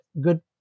good